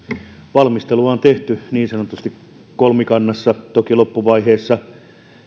valmistelua on tehty niin sanotusti kolmikannassa toki loppuvaiheessa